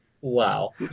Wow